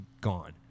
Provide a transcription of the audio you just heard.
gone